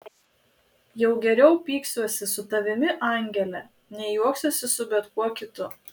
jau geriau pyksiuosi su tavimi angele nei juoksiuosi su bet kuo kitu